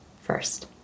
first